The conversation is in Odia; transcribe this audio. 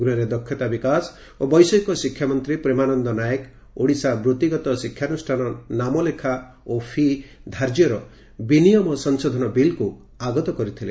ଗୃହରେ ଦକ୍ଷତା ବିକାଶ ଓ ବୈଷୟିକ ଶିକ୍ଷାମନ୍ତୀ ପ୍ରେମାନନ୍ଦ ନାୟକ ଓଡ଼ିଶା ବୂତିଗତ ଶିକ୍ଷାନୁଷ୍ଠାନ ନାମଲେଖା ଓ ଫି' ଧାର୍ଯ୍ୟର ବିନିୟମ ସଂଶୋଧନ ବିଲ୍କୁ ଆଗତ କରିଥିଲେ